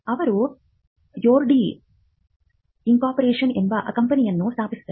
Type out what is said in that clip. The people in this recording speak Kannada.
ಅವರು ಯೋಡ್ಲೀ ಇಂಕ್ ಎಂಬ ಕಂಪನಿಯನ್ನು ಸ್ಥಾಪಿಸಿದರು